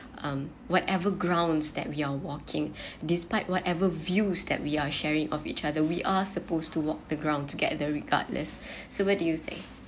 um whatever ground that we are walking despite whatever views that we are sharing of each other we are supposed to walk the ground together regardless so what do you said